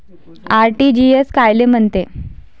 RTGS कायले म्हनते?